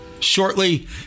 shortly